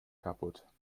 kaputt